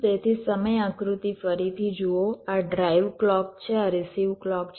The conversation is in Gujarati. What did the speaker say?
તેથી આ સમય આકૃતિ ફરીથી જુઓ આ ડ્રાઇવ ક્લૉક છે આ રીસિવ ક્લૉક છે